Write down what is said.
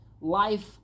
life